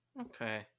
Okay